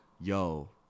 yo